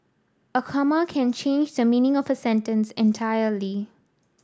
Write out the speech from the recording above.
a comma can change the meaning of a sentence entirely